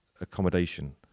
accommodation